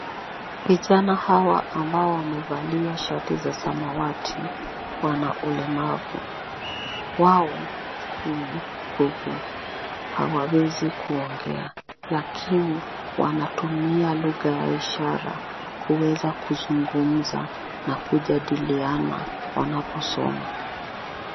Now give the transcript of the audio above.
Vijana hawa amabao wamevalia shati za samawati wana ulemavu wao ni bubu hawawezi kuongea lakini wanatumia lugha ya ishara kuweza kuzungumza na kujadiliana na kusoma.